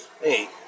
hey